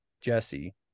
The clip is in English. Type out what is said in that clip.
Jesse